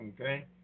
Okay